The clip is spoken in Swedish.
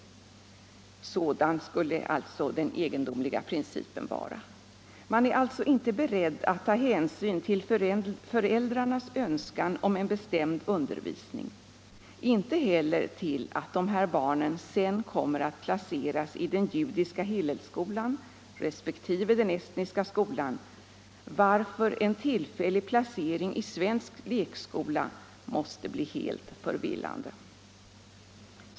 Sådan skulle alltså den egendomliga principen vara. Man är inte beredd att ta hänsyn till föräldrarnas önskan om en bestämd undervisning, inte heller till att dessa barn sedan kommer att placeras i den judiska Hillelskolan resp. den estniska skolan, varför en tillfällig placering i svensk lekskola måste bli helt förvillande.